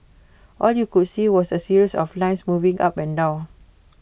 all you could see was A series of lines moving up and down